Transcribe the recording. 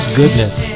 goodness